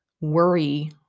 worry